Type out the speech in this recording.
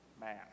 man